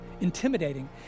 intimidating